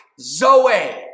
zoe